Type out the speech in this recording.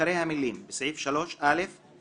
אחרי המילים "בסעיף 3א(1)